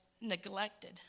neglected